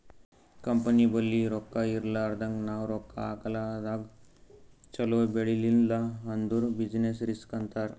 company ಬಲ್ಲಿ ರೊಕ್ಕಾ ಇರ್ಲಾರ್ದಾಗ್ ನಾವ್ ರೊಕ್ಕಾ ಹಾಕದಾಗ್ ಛಲೋ ಬೆಳಿಲಿಲ್ಲ ಅಂದುರ್ ಬೆಸಿಸ್ ರಿಸ್ಕ್ ಅಂತಾರ್